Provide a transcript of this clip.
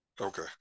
okay